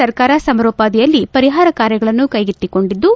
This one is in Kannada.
ಸರ್ಕಾರ ಸಮರೋಪಾದಿಯಲ್ಲಿ ಪರಿಹಾರ ಕಾರ್ಯಗಳನ್ನು ಕೈಗೆತ್ತಿಕೊಂಡಿದ್ದು